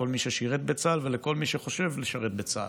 לכל מי ששירת בצה"ל ולכל מי שחושב לשרת בצה"ל.